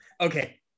okay